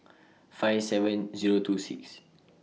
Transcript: five seven Zero two six